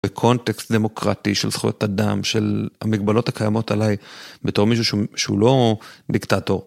בקונטקסט דמוקרטי של זכויות אדם, של המגבלות הקיימות עלי בתור מישהו שהוא לא דיקטטור.